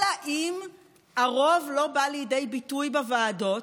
אלא אם כן הרוב לא בא לידי ביטוי בוועדות.